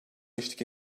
eşlik